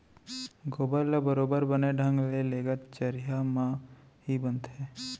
गोबर ल बरोबर बने ढंग ले लेगत चरिहा म ही बनथे